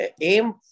aim